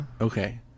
okay